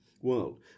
world